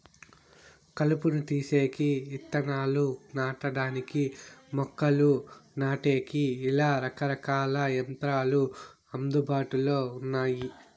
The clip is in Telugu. కలుపును తీసేకి, ఇత్తనాలు నాటడానికి, మొక్కలు నాటేకి, ఇలా రకరకాల యంత్రాలు అందుబాటులో ఉన్నాయి